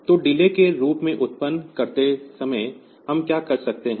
तो डिले के रूप में उत्पन्न करते समय हम क्या कर सकते हैं